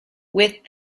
with